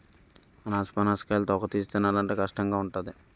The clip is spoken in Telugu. అనాసపనస కాయలు తొక్కతీసి తినాలంటే కష్టంగావుంటాది